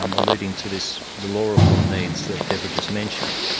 um alluding to this. the law reform needs that deborah just mentioned,